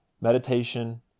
Meditation